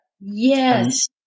yes